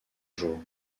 jour